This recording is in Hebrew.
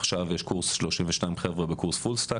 עכשיו יש קורס 32 בקורס פול סטאק.